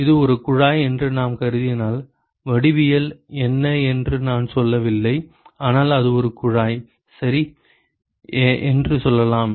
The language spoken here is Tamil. இது ஒரு குழாய் என்று நான் கருதினால் வடிவியல் என்ன என்று நான் சொல்லவில்லை ஆனால் அது ஒரு குழாய் சரி என்று சொல்லலாம்